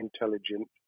intelligent